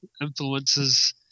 influences